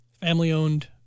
family-owned